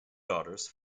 daughters